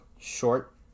short